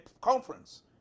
conference